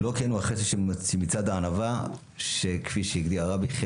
לא כן הוא החצי שמצד הענווה שכפי שהגדיר הרבי,